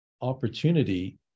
opportunity